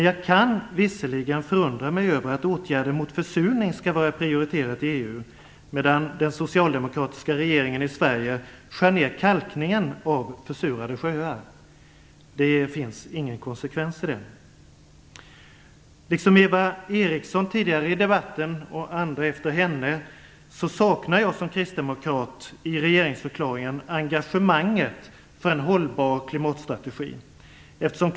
Jag kan visserligen förundra mig över att åtgärder mot försurning skall vara prioriterade i EU, medan den socialdemokratiska regeringen i Sverige skär ned kalkningen av försurade sjöar. Det finns ingen konsekvens i det. Liksom Eva Eriksson och andra tidigare i debatten, saknar jag som kristdemokrat engagemanget för en hållbar klimatstrategi i regeringsförklaringen.